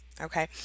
okay